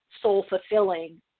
soul-fulfilling